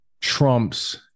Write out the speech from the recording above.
trumps